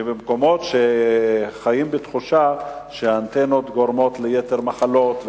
במקומות שחיים בתחושה שהאנטנות גורמות ליתר מחלות.